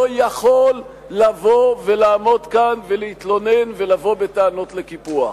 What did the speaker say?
לא יכול לבוא ולעמוד כאן ולהתלונן ולבוא בטענות על קיפוח.